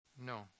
No